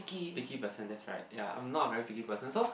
picky person that's right ya I'm not a very picky person so